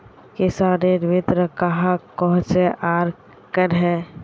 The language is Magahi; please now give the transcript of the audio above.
किसानेर मित्र कहाक कोहचे आर कन्हे?